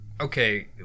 Okay